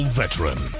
veteran